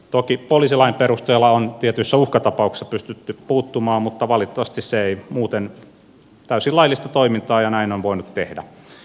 toki poliisilain perusteella on tietyissä uhkatapauksissa pystytty puuttumaan mutta valitettavasti se on muuten täysin laillista toimintaa ja näin on voinut tehdä